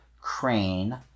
Crane